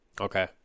Okay